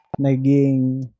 naging